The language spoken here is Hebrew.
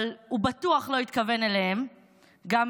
אבל